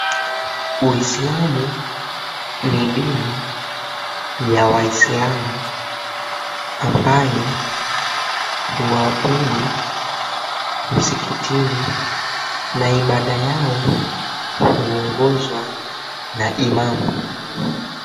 Uislamu ni dini ya Waislamua mbayo huabudu msikitini, na ibada yao huongozwa na imam.